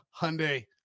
Hyundai